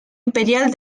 imperial